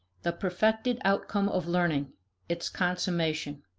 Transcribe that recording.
the perfected outcome of learning its consummation.